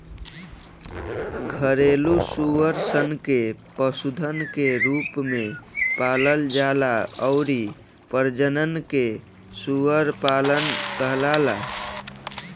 घरेलु सूअर सन के पशुधन के रूप में पालल जाला अउरी प्रजनन के सूअर पालन कहाला